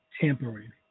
tampering